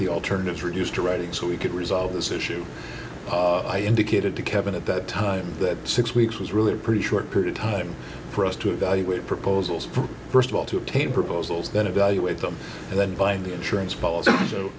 the alternatives reduced to writing so we could resolve this issue i indicated to kevin at that time that six weeks was really a pretty short period of time for us to evaluate proposals for first of all to obtain proposals then evaluate them and then buy the insurance policy so